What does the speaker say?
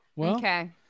okay